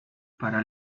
para